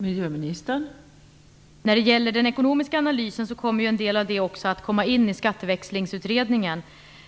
Fru talman! En del av den ekonomiska analysen kommer också att ingå i den här skatteväxlingsutredningen.